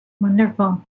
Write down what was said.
Wonderful